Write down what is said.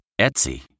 Etsy